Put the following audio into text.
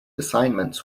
assignments